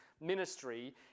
ministry